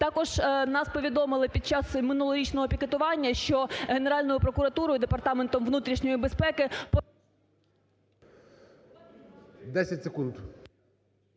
Також нас повідомили під час минулорічного пікетування, що Генеральною прокуратурою, Департаментом внутрішньої безпеки… ГОЛОВУЮЧИЙ. 10 секунд.